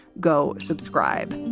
go subscribe.